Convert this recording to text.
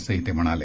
असंही ते म्हणाले